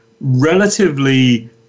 relatively